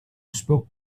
spoke